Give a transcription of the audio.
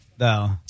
No